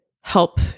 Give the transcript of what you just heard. help